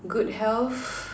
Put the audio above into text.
good health